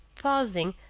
pausing,